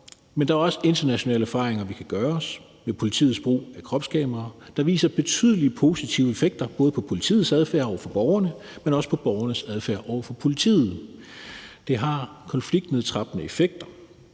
Men der er også internationale erfaringer, vi kan gøre brug af, med politiets brug af kropskameraer, der viser betydelige positive effekter, både på politiets adfærd over for borgerne, men også på borgernes adfærd over for politiet. Det har en konfliktnedtrappende effekt.